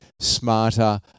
smarter